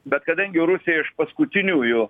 bet kadangi rusija iš paskutiniųjų